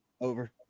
Over